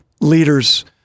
leaders